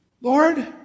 Lord